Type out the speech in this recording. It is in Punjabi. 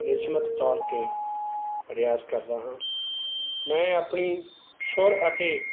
ਨਿਯਮਤ ਤੌਰ ਤੇ ਪਰਿਆਸ ਕਰਦਾ ਹਾਂ ਮੈਂ ਆਪਣੀ ਸੁਰ ਅਤੇ